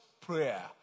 prayer